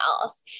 else